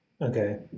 okay